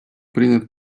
принят